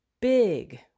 big